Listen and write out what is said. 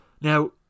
Now